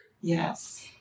Yes